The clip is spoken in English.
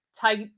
type